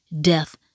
death